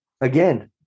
again